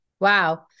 Wow